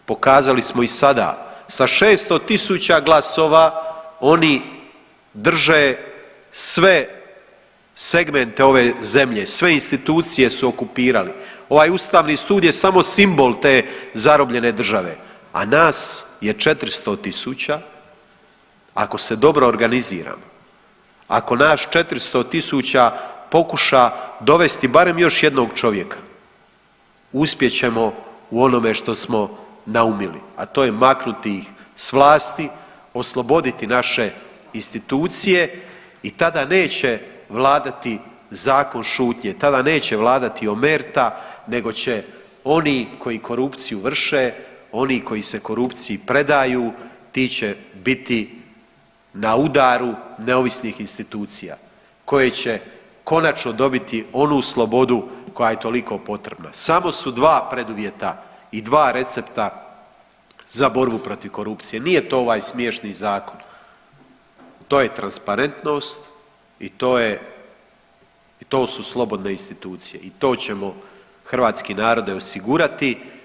Pokazali smo i sada sa 600.000 glasova oni drže sve segmente ove zemlje sve institucije su okupirali, ovaj ustavni sud je samo simbol te zarobljene države, a nas je 400 tisuća, ako se dobro organiziramo, ako nas 400 tisuća pokuša dovesti barem još jednog čovjeka uspjet ćemo u onome što smo naumili, a to maknuti ih s vlasti, osloboditi naše institucije i tada neće vladati zakon šutnje, tada neće vladati omerta, nego će oni koji korupciju vrše, oni koji se korupciji predaju, ti će biti na udaru neovisnih institucija koje će konačno dobiti onu slobodu koja je toliko potrebna, samo su dva preduvjeta i dva recepta za borbu protiv korupcije, nije to ovaj smiješni zakon, to je transparentnost i to je i to su slobodne institucije i to ćemo hrvatski narode osigurati.